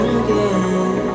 again